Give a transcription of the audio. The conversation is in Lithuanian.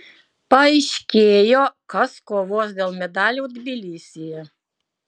paaiškėjo kas kovos dėl medalių tbilisyje